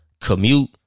commute